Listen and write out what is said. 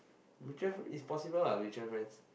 mutual is possible what mutual friends